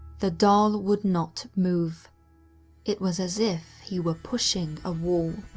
the doll would not move it was as if he were pushing a wall.